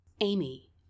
Amy